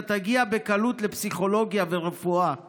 אתה תגיע בקלות לפסיכולוגיה ולרפואה ולמחשבים,